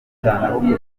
cyane